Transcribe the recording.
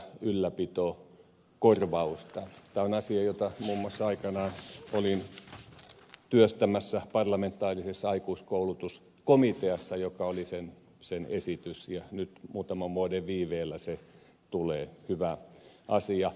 tämä on asia jota muun muassa aikanaan olin työstämässä parlamentaarisessa aikuiskoulutuskomiteassa joka oli sen esitys ja nyt muutaman vuoden viiveellä se tulee hyvä asia